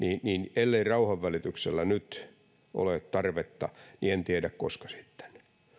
ellei rauhanvälityksellä nyt ole tarvetta niin en tiedä koska sitten